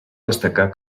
destacar